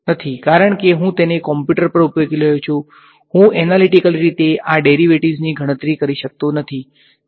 નથી કારણ કે હું તેને કમ્પ્યુટર પર ઉકેલી રહ્યો છું હું એનાલીટીકલી રીતે આ ડેરિવેટિવ્ઝની ગણતરી કરી શકતો નથી